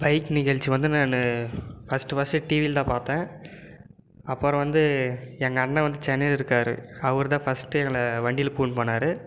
bike நிகழ்ச்சி வந்து நான் ஃபர்ஸ்டு ஃபர்ஸ்ட்டு டிவியில்தான் பார்த்தேன் அப்பறம் வந்து எங்கள் அண்ணன் வந்து சென்னையில் இருக்கார் அவர்தான் ஃபர்ஸ்ட்டு எங்களை வண்டியில் கூட்டுனு போனாரு